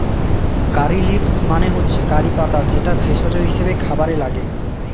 কারী leaves মানে হচ্ছে curry পাতা যেটা ভেষজ হিসেবে খাবারে লাগে